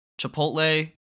Chipotle